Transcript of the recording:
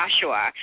Joshua